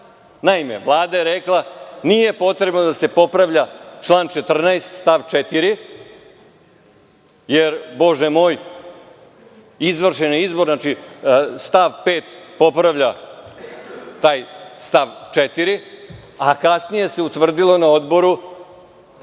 Naime, Vlada je rekla – nije potrebno da se popravlja član 14. stav 4. jer, Bože moj, izvršen je izbor, znači stav 5. popravlja taj stav 4, a kasnije se utvrdilo na Odboru